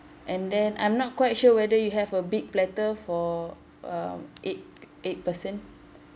and then I'm not quite sure whether you have a big platter for uh eight eight person